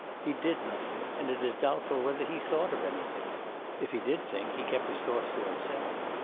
he did nothing, and it is doubtful whether he thought of anything if he did think, he kept his thoughts to himself.